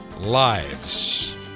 lives